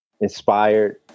inspired